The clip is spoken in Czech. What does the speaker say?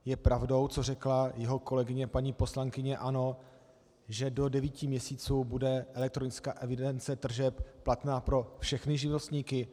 Je pravdou, co řekla jeho kolegyně, paní poslankyně ANO, že do 9devítiměsíců bude elektronická evidence tržeb platná pro všechny živnostníky?